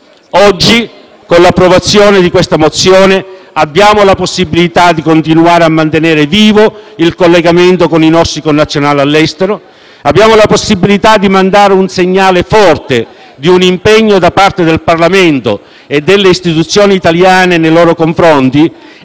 Oggi, con l'approvazione della mozione in esame, abbiamo la possibilità di continuare a mantenere vivo il collegamento con i nostri connazionali all'estero. Abbiamo la possibilità di mandare un segnale forte, di un impegno da parte del Parlamento e delle istituzioni italiane nei loro confronti,